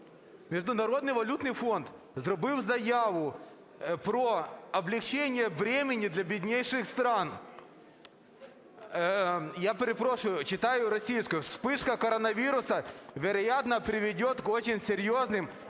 Міжнародний валютний фонд зробив заяву про "облегчении бремени для беднейших стран". Я перепрошую, читаю російською. "Вспышка коронавируса, вероятно, приведет к очень серьезным